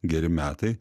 geri metai